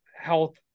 health